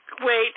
Wait